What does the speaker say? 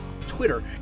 Twitter